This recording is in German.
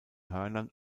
hörnern